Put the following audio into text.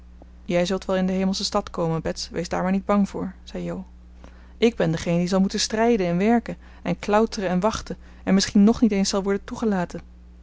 jij zult wel in de hemelsche stad komen bets wees daar maar niet bang voor zei jo ik ben degeen die zal moeten strijden en werken en klauteren en wachten en misschien nog niet eens zal worden toegelaten